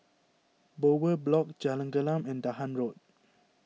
Bowyer Block Jalan Gelam and Dahan Road